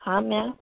हाँ मैम